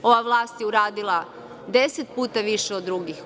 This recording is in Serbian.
Ova vlast je uradila deset puta više od drugih.